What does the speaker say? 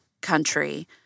country